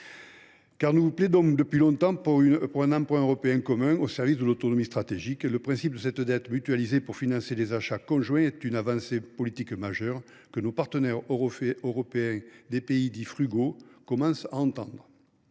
qu’il plaide depuis longtemps pour un emprunt européen commun au service de l’autonomie stratégique. Le principe de cette dette mutualisée pour financer les achats conjoints est une avancée politique majeure que nos partenaires européens des pays dits frugaux commencent à entendre.